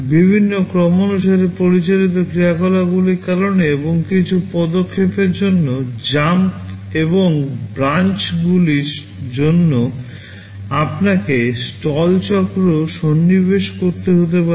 বিভিন্ন ক্রমানুসারে পরিচালিত ক্রিয়াকলাপগুলির কারণে এবং কিছু পদক্ষেপের মতো জাম্প জন্য আপনাকে স্টল চক্র সন্নিবেশ করতে হতে পারে